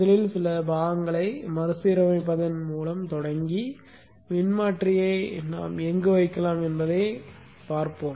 முதலில் சில கூறுகளை மறுசீரமைப்பதன் மூலம் தொடங்கி மின்மாற்றியை எங்கு வைக்கலாம் என்பதைப் பார்ப்போம்